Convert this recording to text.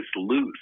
loose